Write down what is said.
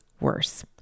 worse